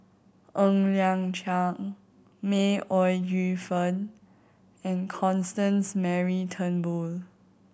Ng Liang Chiang May Ooi Yu Fen and Constance Mary Turnbull